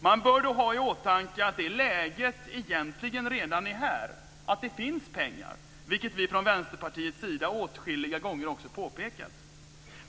Man bör då ha i åtanke att det läget egentligen redan är här, att det finns pengar, vilket vi från Vänsterpartiets sida åtskilliga gånger också påpekat.